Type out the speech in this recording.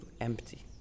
empty